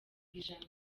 ijana